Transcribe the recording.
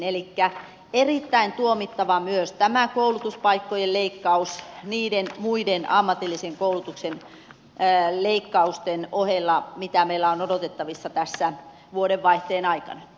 elikkä erittäin tuomittavaa on myös tämä koulutuspaikkojen leikkaus niiden muiden ammatillisen koulutuksen leikkausten ohella mitä meillä on odotettavissa tässä vuodenvaihteenai